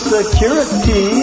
Security